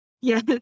yes